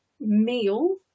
meal